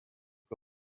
gold